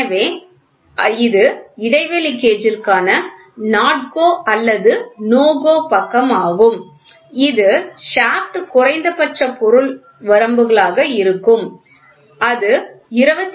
எனவே அது இடைவெளி கேஜ் ற்கான NOT GO அல்லது NO GO பக்கம் ஆகும் இது ஷாப்ட் குறைந்தபட்ச பொருள் வரம்புகளாக இருக்கும் அது 24